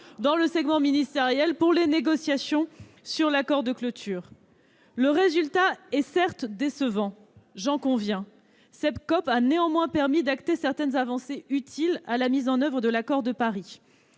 dans le segment ministériel, pour les négociations sur l'accord de clôture. Le résultat est certes décevant, j'en conviens. Cette COP a néanmoins permis d'acter certaines avancées utiles à la mise en oeuvre des accords de Paris.